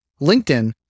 LinkedIn